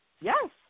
Yes